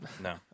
No